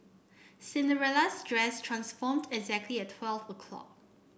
Cinderella's dress transformed exactly at twelve o'clock